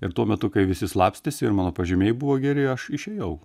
ir tuo metu kai visi slapstėsi ir mano pažymiai buvo geri aš išėjau